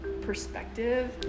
perspective